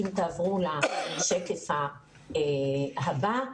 אם תעברו לשקף הבא,